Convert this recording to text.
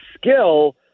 skill